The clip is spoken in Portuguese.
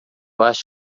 acho